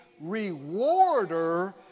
rewarder